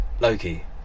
Loki